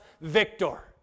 victor